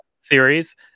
series